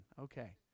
Okay